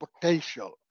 potential